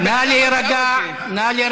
נא להירגע.